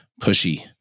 pushy